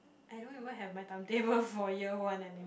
I don't even have my timetable for year one anymore